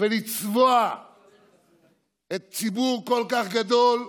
ולצבוע ציבור כל כך גדול,